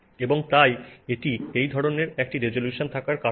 এবং তাই এটি এই ধরনের একটি রেজোলিউশন থাকার কারণ